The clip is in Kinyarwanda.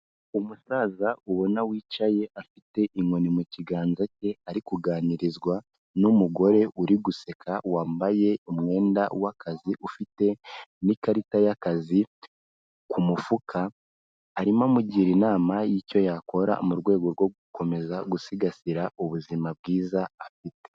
Umusaza ubona wicaye afite inkoni mu kiganza cye, ari kuganirizwa n'umugore uri guseka wambaye umwenda w'akazi, ufite n'ikarita y'akazi ku mufuka, arimo amugira inama y'icyo yakora mu rwego rwo gukomeza gusigasira ubuzima bwiza afite.